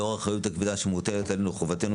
לאור האחריות הכבדה שמוטלת עלינו מחובתנו